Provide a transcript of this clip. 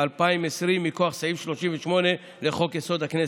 2020 מכוח סעיף 38 לחוק-יסוד: הכנסת.